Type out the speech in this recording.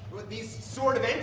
with these sort of